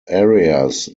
areas